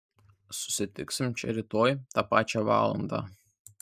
susitiksim čia rytoj tą pačią valandą